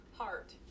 heart